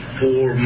four